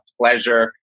pleasure